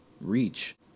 reach